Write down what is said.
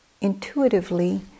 intuitively